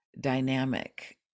dynamic